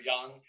young